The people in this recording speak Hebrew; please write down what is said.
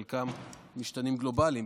חלקם משתנים גלובליים,